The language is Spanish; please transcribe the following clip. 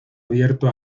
abierto